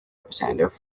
representative